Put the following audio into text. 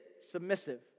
submissive